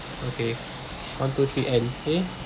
okay one two three end okay